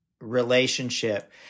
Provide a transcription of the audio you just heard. relationship